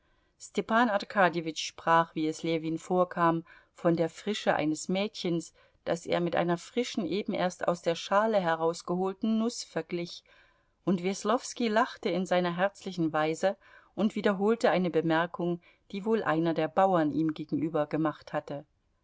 arkadjewitsch sprach wie es ljewin vorkam von der frische eines mädchens das er mit einer frischen eben erst aus der schale herausgeholten nuß verglich und weslowski lachte in seiner herzlichen weise und wiederholte eine bemerkung die wohl einer der bauern ihm gegenüber gemacht hatte